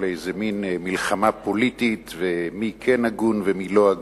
לאיזה מין מלחמה פוליטית ומי כן הגון ומי לא הגון.